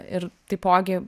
ir taipogi